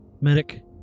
medic